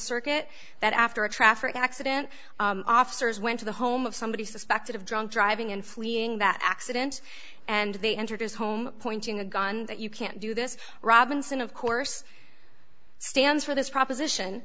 circuit that after a traffic accident officers went to the home of somebody suspected of drunk driving and fleeing that accident and they entered his home pointing a gun you can't do this robinson of course stands for this proposition